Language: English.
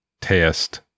test